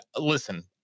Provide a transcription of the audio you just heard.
listen